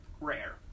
rare